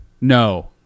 No